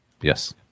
Yes